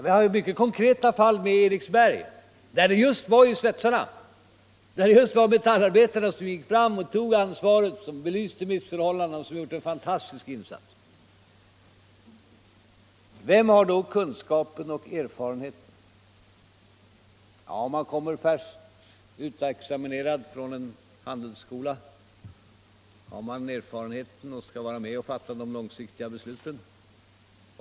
Vi har ett mycket konkret fall, nämligen Eriksberg, där det just var svetsarna — metallarbetarna - som gick fram och tog ansvaret, som belyste missförhållandena och som gjorde en fantastisk insats. — Vem har då kunskapen och erfarenheten? Om man kommer färsk, nyutexaminerad från en handelsskola, har man då den erfarenheten att man kan vara med och fatta de långsiktiga besluten?